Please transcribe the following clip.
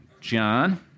John